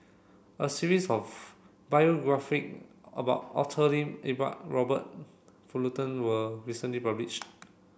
a series of biography about Arthur Lim Iqbal Robert Fullerton were recently published